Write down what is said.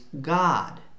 God